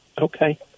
Okay